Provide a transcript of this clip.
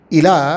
ila